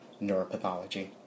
neuropathology